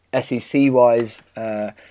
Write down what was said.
SEC-wise